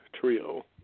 Trio